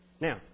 Now